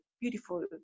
beautiful